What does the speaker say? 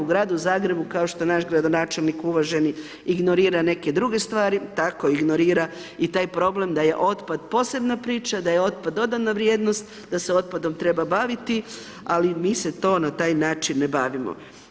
U gradu Zagrebu kao što naš gradonačelnik uvaženi ignorira neke druge stvari, tako ignorira i taj problem da je otpad posebna priča, da je otpad dodana vrijednost, da se otpadom treba baviti ali mi se to na taj način ne bavimo.